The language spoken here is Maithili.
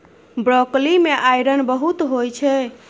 ब्रॉकली मे आइरन बहुत होइ छै